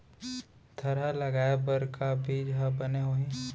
थरहा लगाए बर का बीज हा बने होही?